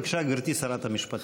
בבקשה, גברתי שרת המשפטים.